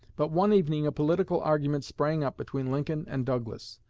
but one evening a political argument sprang up between lincoln and douglas,